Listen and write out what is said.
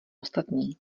ostatní